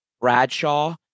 Bradshaw